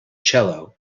cello